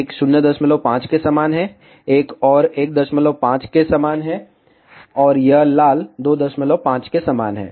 एक 05 के समान है एक और 15 के समान है और यह लाल 25 के समान है